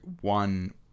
one